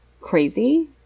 crazy